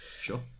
Sure